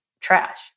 trash